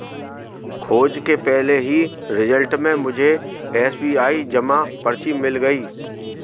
खोज के पहले ही रिजल्ट में मुझे एस.बी.आई जमा पर्ची मिल गई